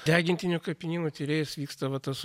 degintinių kapinynų tyrėjais vyksta va tas